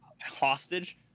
hostage